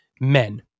Men